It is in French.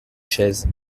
chaise